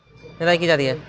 निदाई की जाती है?